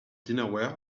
dinnerware